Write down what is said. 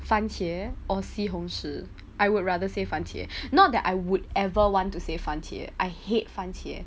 番茄 or 西红柿 I would rather say 番茄 not that I would ever want to say 番茄 I hate 番茄